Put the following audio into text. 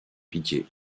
pitié